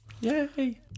Yay